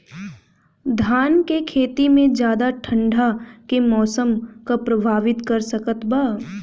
धान के खेती में ज्यादा ठंडा के मौसम का प्रभावित कर सकता बा?